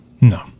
No